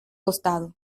costado